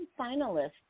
finalists